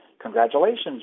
Congratulations